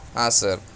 हा सर